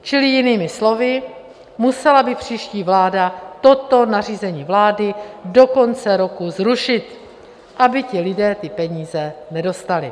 Čili jinými slovy, musela by příští vláda toto nařízení vlády do konce roku zrušit, aby ti lidé ty peníze nedostali.